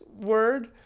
word